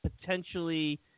potentially